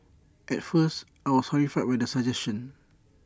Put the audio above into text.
at first I was horrified with the suggestion